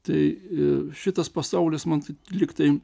tai šitas pasaulis man lygtai